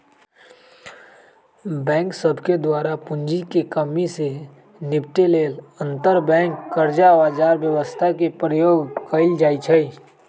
bank सभके द्वारा पूंजी में कम्मि से निपटे लेल अंतरबैंक कर्जा बजार व्यवस्था के प्रयोग कएल जाइ छइ